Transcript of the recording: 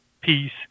peace